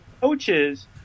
coaches